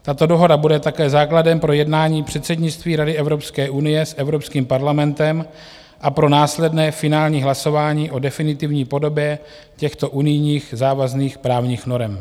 Tato dohoda bude také základem pro jednání předsednictví Rady Evropské unie s Evropským parlamentem a pro následné finální hlasování o definitivní podobě těchto unijních závazných právních norem.